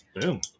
Boom